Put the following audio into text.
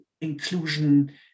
inclusion